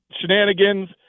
shenanigans